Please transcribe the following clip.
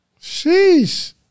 Sheesh